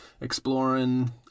exploring